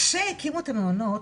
כאשר הקימו את המעונות